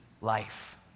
life